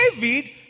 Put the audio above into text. David